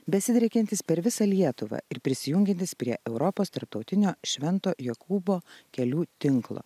besidriekiantis per visą lietuvą ir prisijungiantis prie europos tarptautinio švento jokūbo kelių tinklo